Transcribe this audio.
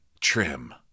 trim